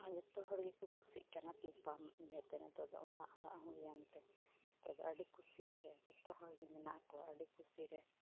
ᱟᱨ ᱡᱚᱛᱚ ᱦᱚᱲ ᱜᱮᱠᱚ ᱠᱩᱥᱤᱜ ᱠᱟᱱᱟ ᱛᱤ ᱯᱟᱢᱯ ᱤᱭᱟᱹᱛᱮ ᱱᱤᱛᱚᱜ ᱫᱚ ᱚᱲᱟᱜ ᱚᱲᱟᱜ ᱦᱩᱭᱮᱱᱛᱮ ᱱᱤᱛᱚᱜ ᱫᱚ ᱟᱹᱰᱤ ᱠᱩᱥᱤᱨᱮ ᱡᱚᱛᱚ ᱦᱚᱲᱜᱮ ᱢᱮᱱᱟᱜ ᱠᱚᱣᱟ ᱟᱹᱰᱤ ᱠᱩᱥᱤᱨᱮ